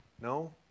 No